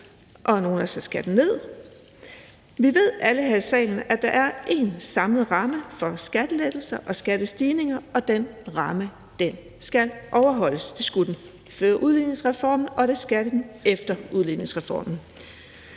og andre har sat skatten ned. Vi ved alle her i salen, at der er én samlet ramme for skattelettelser og skattestigninger, og den ramme skal overholdes. Det skulle den før udligningsreformen, og det skal den efter udligningsreformen.